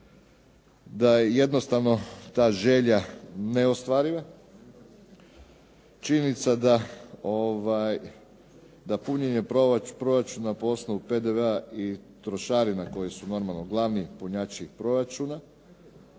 da jednostavno je ta želja neostvariva. Činjenica da punjenje proračuna po osnovu PDV-a i trošarina koje su normalno glavni punjači proračuna,